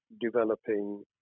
developing